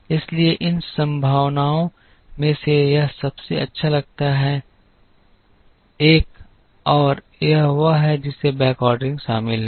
इसलिए इन संभावनाओं में से यह सबसे अच्छा लगता है एक और यह वह है जिसमें बैकऑर्डरिंग शामिल है